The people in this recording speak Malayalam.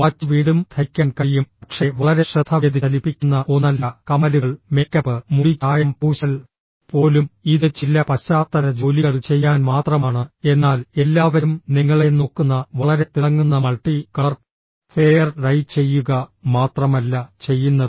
വാച്ച് വീണ്ടും ധരിക്കാൻ കഴിയും പക്ഷേ വളരെ ശ്രദ്ധ വ്യതിചലിപ്പിക്കുന്ന ഒന്നല്ല കമ്മലുകൾ മേക്കപ്പ് മുടി ചായം പൂശൽ പോലും ഇത് ചില പശ്ചാത്തല ജോലികൾ ചെയ്യാൻ മാത്രമാണ് എന്നാൽ എല്ലാവരും നിങ്ങളെ നോക്കുന്ന വളരെ തിളങ്ങുന്ന മൾട്ടി കളർ ഹെയർ ഡൈ ചെയ്യുക മാത്രമല്ല ചെയ്യുന്നത്